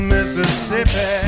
Mississippi